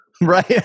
Right